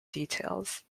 details